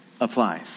Applies